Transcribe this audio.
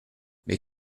mais